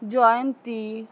জয়ন্তী